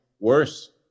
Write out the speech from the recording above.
Worse